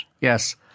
Yes